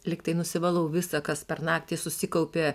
lygtai nusivalau visa kas per naktį susikaupė